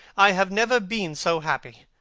i have never been so happy.